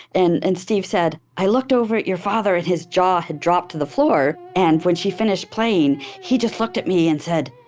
and and steve said, i looked over at your father and his jaw had dropped to the floor, and when she finished playing he just looked at me and said,